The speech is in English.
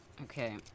Okay